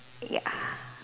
ya